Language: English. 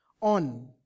on